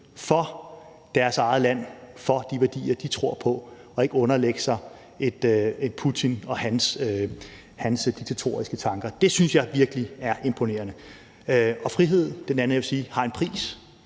for deres eget land, for de værdier, de tror på, og de underlægger sig ikke Putin og hans diktatoriske tanker. Det synes jeg virkelig er imponerende. Det andet, jeg vil sige, er, at frihed